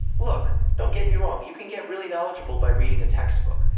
look, don't get me wrong, you can get really knowledgeable by reading a textbook,